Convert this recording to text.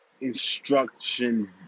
instruction